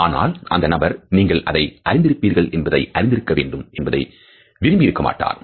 ஆனால் அந்த நபர் நீங்கள் அதை அறிந்திருக்க வேண்டும் என்பதை விரும்பி இருக்க மாட்டார்